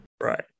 Right